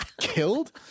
killed